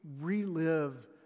relive